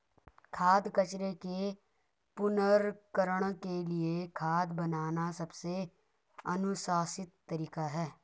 खाद्य कचरे के पुनर्चक्रण के लिए खाद बनाना सबसे अनुशंसित तरीका है